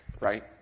right